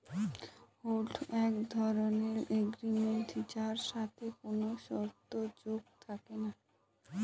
হুন্ড এক ধরনের এগ্রিমেন্ট যার সাথে কোনো শর্ত যোগ থাকে না